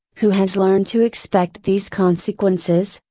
who has learned to expect these consequences,